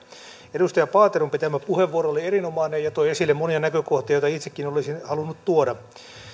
edustaja paateron pitämä puheenvuoro oli erinomainen ja toi esille monia näkökohtia joita itsekin olisin halunnut tuoda